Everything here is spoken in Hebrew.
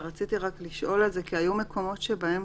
היו מקומות שבהם